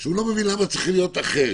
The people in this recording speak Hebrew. שהוא לא מבין למה צריך להיות בו הבדל.